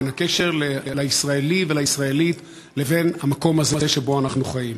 בקשר בין הישראלי והישראלית לבין המקום הזה שבו אנחנו חיים.